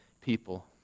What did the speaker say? people